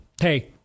hey